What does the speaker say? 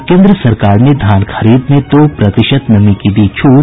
और केन्द्र सरकार ने धान खरीद में दो प्रतिशत नमी की दी छूट